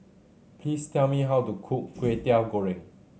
please tell me how to cook Kwetiau Goreng